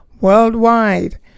worldwide